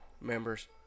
members